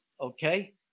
okay